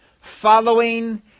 Following